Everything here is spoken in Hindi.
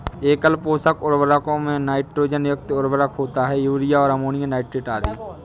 एकल पोषक उर्वरकों में नाइट्रोजन युक्त उर्वरक होते है, यूरिया और अमोनियम नाइट्रेट आदि